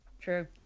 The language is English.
True